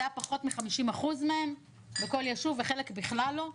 זה היה פחות מ-50% מהם בכל ישוב, וחלק בכלל לא,